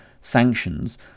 sanctions